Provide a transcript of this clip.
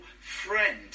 Friend